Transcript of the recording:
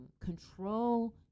control